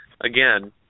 again